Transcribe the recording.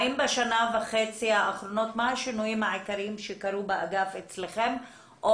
מה השינויים העיקריים שקרו באגף אצלכם בשנה וחצי האחרונות